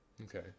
Okay